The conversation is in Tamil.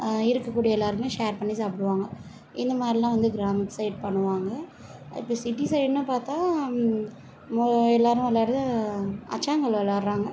இருக்கக்கூடிய எல்லோருமே ஷேர் பண்ணி சாப்பிடுவாங்க இந்த மாதிரிலாம் வந்து கிராமத்து சைடு பண்ணுவாங்க இப்போ சிட்டி சைடுன்னு பார்த்தா எல்லோரும் விளாட்றது அச்சாங்கல் விளாட்றாங்க